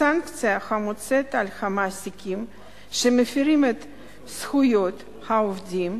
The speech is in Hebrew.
הסנקציה המוצעת על מעסיקים שמפירים את זכויות העובדים,